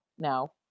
No